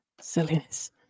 Silliness